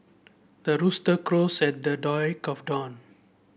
the rooster crows at the of dawn